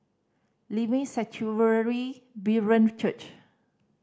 Living Sanctuary Brethren Church